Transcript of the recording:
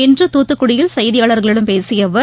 இன்று தூத்துக்குடியில் செய்தியாளர்களிடம் பேசிய அவர்